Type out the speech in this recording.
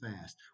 fast